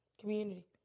community